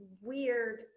weird –